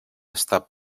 estat